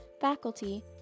faculty